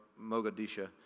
Mogadishu